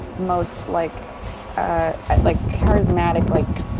most like ah ah like charismatic like,